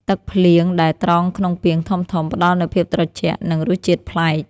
ទឹកភ្លៀងដែលត្រងក្នុងពាងធំៗ ផ្ដល់នូវភាពត្រជាក់ និងរសជាតិប្លែក។